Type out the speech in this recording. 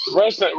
rest